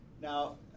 now